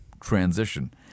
transition